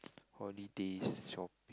holidays shop